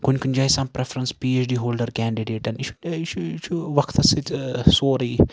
کُنہِ کُنہِ جایہِ چھ آسان preference P H D holder کیڈِڈیٹن یہِ چھُ یہِ چھُ وقتَس سۭتۍ سورُے